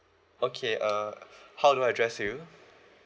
okay uh how do I address you